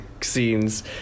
scenes